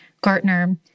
Gartner